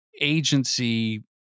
agency